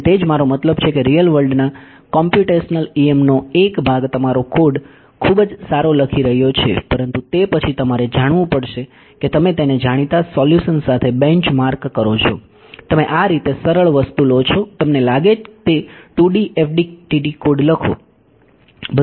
તેથી તે જ મારો મતલબ છે કે રીયલ વર્લ્ડના કોમ્પ્યુટેશનલ EMનો એક ભાગ તમારો કોડ ખૂબ જ સારો લખી રહ્યો છે પરંતુ તે પછી તમારે જાણવું પડશે કે તમે તેને જાણીતા સોલ્યુશન્સ સાથે બેન્ચ માર્ક કરો છો તમે આ રીતે સરળ વસ્તુ લો છો તમને લાગે તે 2D FDTD કોડ લખો